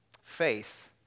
Faith